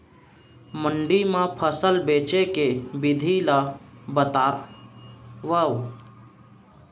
मंडी मा फसल बेचे के विधि ला बतावव?